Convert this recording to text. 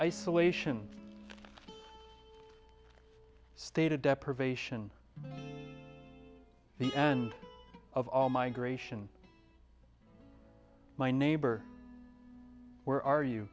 isolation state of deprivation the end of all migration my neighbor where are you